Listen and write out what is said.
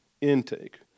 Intake